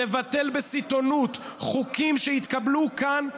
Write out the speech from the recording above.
לבטל בסיטונות חוקים שהתקבלו כאן,